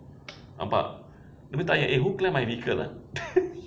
nampak dia pun tanya eh who clam my vehicle eh